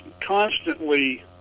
constantly